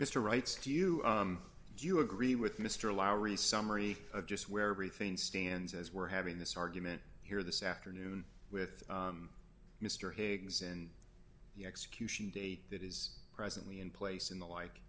mr rights do you do you agree with mr lowery summary of just where everything stands as we're having this argument here this afternoon with mr higgs and the execution date that is presently in place in the like